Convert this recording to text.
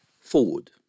Forward